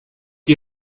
you